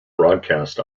broadcast